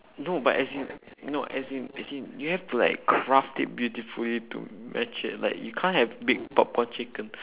no but as in no as in as in do you have to like craft it beautifully to match it like you can't have big popcorn chicken